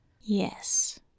Yes